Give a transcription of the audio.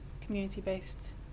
community-based